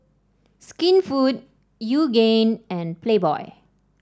Skinfood Yoogane and Playboy